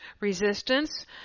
resistance